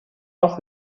noch